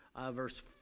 verse